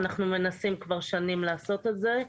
אנחנו מנסים כבר שנים לעשות את זה,